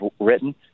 written